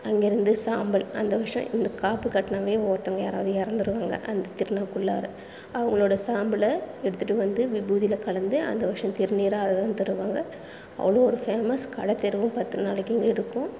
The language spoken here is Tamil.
அங்கேயிருந்து சாம்பல் அந்த வருஷம் இந்த காப்பு கட்டுனாவே ஒருத்தவங்கள் யாராவது இறந்துருவாங்க அந்த திருவிழாக்குள்ளாற அவங்களோட சாம்பலை எடுத்துட்டு வந்து விபூதியில கலந்து அந்த வருஷம் திருநீராக அதை தான் தருவாங்கள் அவ்வளோ ஒரு ஃபேமஸ் கடைத்தெருவும் பத்து நாளைக்கு அங்கே இருக்கும்